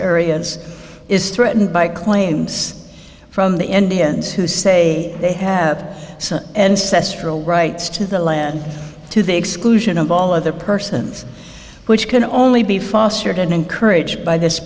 areas is threatened by claims from the indians who say they have ancestors rights to the land to the exclusion of all other persons which can only be fostered and encouraged by this